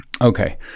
okay